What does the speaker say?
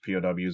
POWs